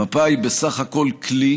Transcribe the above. המפה היא בסך הכול כלי